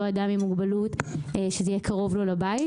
אדם עם מוגבלות שזה יהיה קרוב לו לבית.